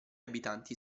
abitanti